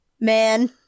man